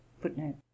Footnote